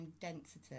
density